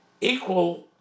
equal